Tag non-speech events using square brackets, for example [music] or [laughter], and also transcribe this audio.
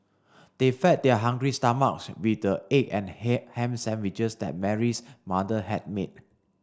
they fed their hungry stomachs with the egg and [unintelligible] ham sandwiches that Mary's mother had made